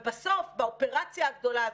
ובסוף באופרציה הגדולה הזאת,